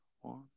one